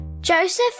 Joseph